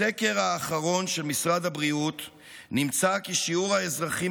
בסקר האחרון של משרד הבריאות נמצא כי שיעור האזרחים